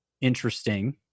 interesting